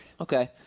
Okay